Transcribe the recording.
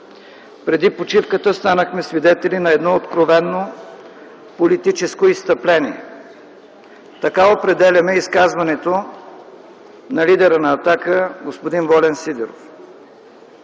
преди почивката станахме свидетели на едно откровено политическо изстъпление – така определяме изказването на лидера на „Атака” господин Волен Сидеров.